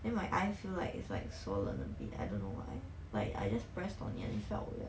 then my eye feel like it's like swollen a bit I don't know why like I just pressed on it and it felt weird